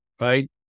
right